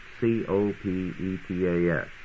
C-O-P-E-T-A-S